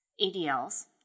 ADLs